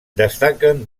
destaquen